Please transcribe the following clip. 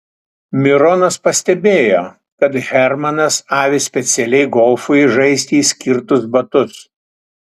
mironas pastebėjo kad hermanas avi specialiai golfui žaisti skirtus batus